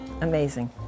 amazing